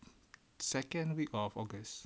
second week of august